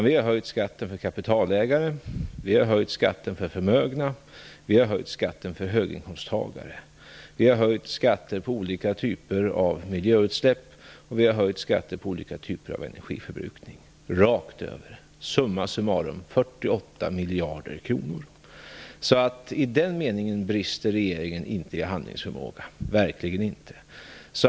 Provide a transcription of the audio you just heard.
Vi har höjt skatten för kapitalägare, vi har höjt skatten för förmögna, vi har höjt skatten för höginkomsttagare, vi har höjt skatter på olika typer av miljöutsläpp, och vi har höjt skatter på olika typer av energiförbrukning, rakt över - summa summarum 48 miljarder kronor. Så i den meningen brister regeringen inte i handlingsförmåga, verkligen inte.